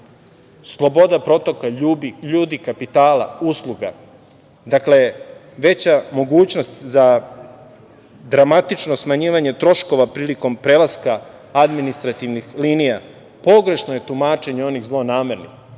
sloboda protoka ljudi, kapitala, usluga, veća mogućnost za dramatično smanjivanje troškova prilikom prelaska administrativnih linija. Pogrešno je tumačenje onih zlonamernih,